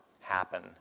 happen